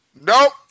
nope